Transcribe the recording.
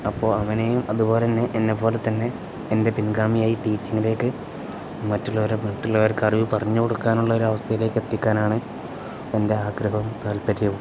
അപ്പോൾ അവനെയും അതുപോലെ തന്നെ എന്നെ പോലെ തന്നെ എൻ്റെ പിൻഗാമിയായി ടീച്ചിങ്ങിലേക്ക് മറ്റുള്ളവരെ മറ്റുള്ളവർക്ക് അറിവ് പറഞ്ഞ് കൊടുക്കാനുള്ള ഒരു അവസ്ഥയിലേക്ക് എത്തിക്കാനാണ് എൻ്റെ ആഗ്രഹവും താൽപര്യവും